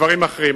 ולדברים אחרים.